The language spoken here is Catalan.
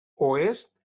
oest